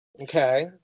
Okay